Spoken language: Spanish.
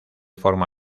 forma